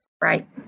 Right